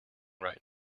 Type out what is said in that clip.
right